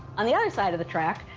on the other side of the track,